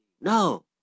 No